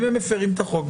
אם הם מפרים את החוק,